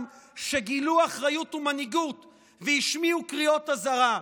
שגילו אחריות ומנהיגות והשמיעו קריאות אזהרה.